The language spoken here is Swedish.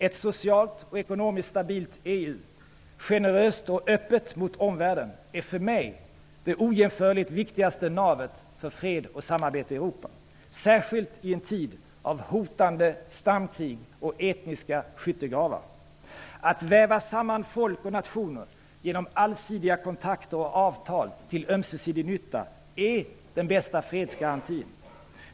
Ett socialt och ekonomiskt stabilt EU, generöst och öppet mot omvärlden, är för mig det ojämförligt viktigaste navet för fred och samarbete i Europa, särskilt i en tid av hotande stamkrig och etniska skyttegravar. Att väva samman folk och nationer genom allsidiga kontakter och avtal till ömsesidig nytta är den bästa fredsgarantin.